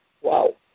Wow